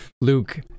Luke